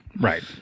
Right